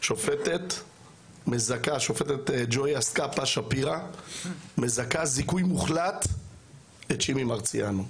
השופטת ג'ויה סקפה-שפירא מזכה זיכוי מוחלט את שימי מרציאנו.